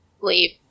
leave